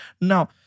Now